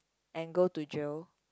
and go to jail